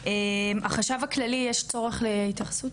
החשב הכללי יש צורך להתייחסות?